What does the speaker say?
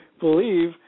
believe